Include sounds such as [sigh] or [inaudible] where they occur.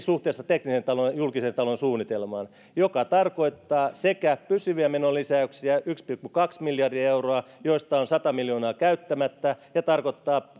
[unintelligible] suhteessa tekniseen julkisen talouden suunnitelmaan tämä tarkoittaa sekä pysyviä menolisäyksiä yksi pilkku kaksi miljardia euroa joista on sata miljoonaa käyttämättä ja tarkoittaa [unintelligible]